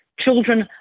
Children